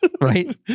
Right